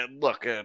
look